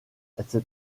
etc